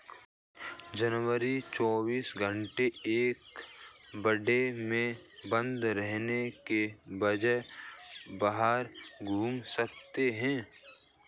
जानवर चौबीस घंटे एक बाड़े में बंद रहने के बजाय बाहर घूम सकते है